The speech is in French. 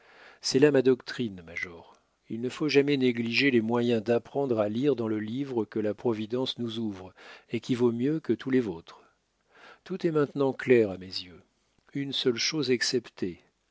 c'est là ma doctrine major il ne faut jamais négliger les moyens d'apprendre à lire dans le livre que la providence nous ouvre et qui vaut mieux que tous les vôtres tout est maintenant clair à mes yeux une seule chose exceptée